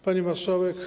Pani Marszałek!